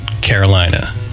Carolina